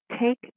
take